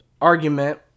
argument